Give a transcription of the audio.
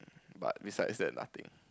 but besides that nothing